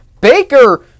Baker